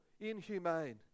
inhumane